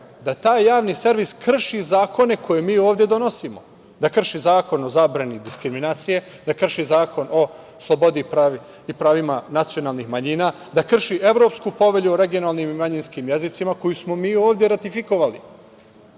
da taj javni servis krši zakone koje mi ovde donosimo. Krši Zakon o zabrani diskriminacije, Zakon o slobodi i pravima nacionalnih manjina, Evropsku povelju o regionalnim i manjinskim jezicima, koju smo mi ovde ratifikovali.